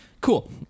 Cool